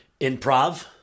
Improv